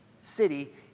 city